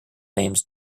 names